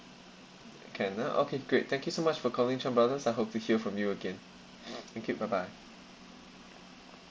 can ah okay great thank you so much for calling chan brothers I hope to hear from you again thank you bye bye